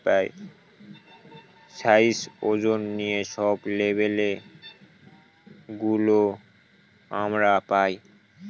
size, ওজন নিয়ে সব লেবেল গুলো আমরা পায়